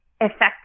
effective